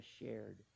shared